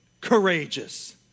courageous